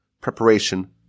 preparation